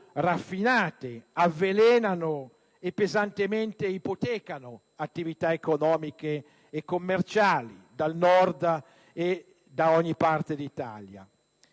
raffinate avvelenano e ipotecano pesantemente attività economiche e commerciali del Nord e di ogni parte d'Italia.